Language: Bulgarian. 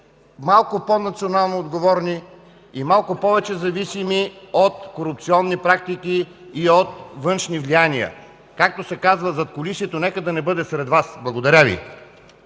малко по-национално отговорни и малко повече зависими от корупционни практики и от външни влияния. Както се казва, нека задкулисието да не бъде сред Вас! Благодаря Ви.